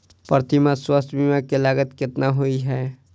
प्रति माह स्वास्थ्य बीमा केँ लागत केतना होइ है?